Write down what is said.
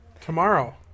Tomorrow